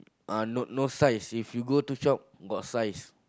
uh no no size if you go to shop got size